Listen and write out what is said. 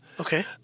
Okay